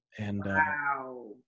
Wow